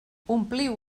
ompliu